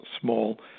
small